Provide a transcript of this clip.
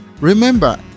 Remember